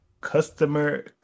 customer